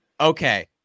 Okay